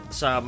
sa